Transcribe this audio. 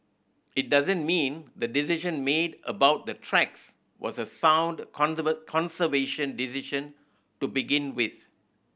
it doesn't mean the decision made about the tracks was a sound conservation decision to begin with